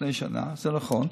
לפני שנה,